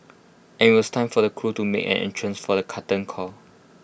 and IT was time for the crew to make an entrance for the curtain call